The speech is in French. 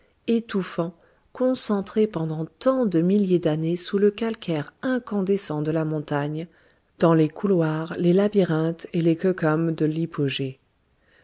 étouffant concentré pendant tant de milliers d'années sous le calcaire incandescent de la montagne dans les couloirs les labyrinthes et les cæcums de l'hypogée